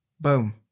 boom